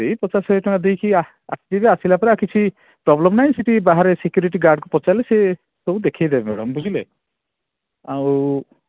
ଏଇ ପଚାଶ ଶହେଟଙ୍କା ଦେଇକି ଆସିବେ ଆସିଲାପରେ ଆଉ କିଛି ପ୍ରୋବ୍ଲେମ୍ ନାହିଁ ସେଠି ବାହାରେ ସିକ୍ୟୁରିଟି ଗାର୍ଡ଼୍ କୁ ପଚାରିଲେ ସେ ସବୁ ଦେଖେଇଦେବେ ମ୍ୟାଡ଼ାମ୍ ବୁଝିଲେ ଆଉ